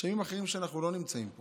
שאנחנו נמצאים פה